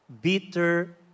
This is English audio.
bitter